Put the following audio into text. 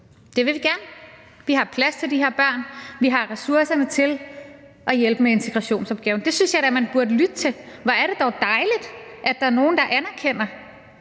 Det vil vi gerne, vi har plads til de her børn, vi har ressourcerne til at hjælpe med integrationsopgaven. Det synes jeg da man burde lytte til. Hvor er det dog dejligt, at der er nogle, der anerkender,